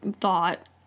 thought